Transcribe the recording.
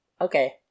Okay